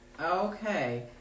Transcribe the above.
Okay